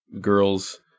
girls